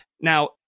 now